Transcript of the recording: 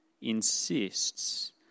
insists